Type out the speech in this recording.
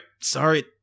Sorry